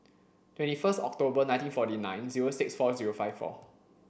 twenty first October nineteen forty nine zero six four zero five four